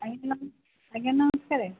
ଆଜ୍ଞା ଆଜ୍ଞା ନମସ୍କାର